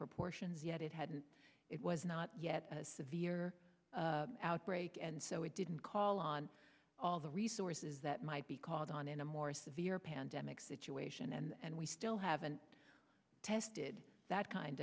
proportions yet it hadn't it was not yet severe outbreak and so it didn't call on all the resources that might be called on in a more severe pandemic situation and we still haven't tested that kind